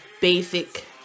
basic